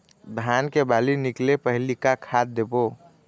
धान के बाली निकले पहली का खाद देबो?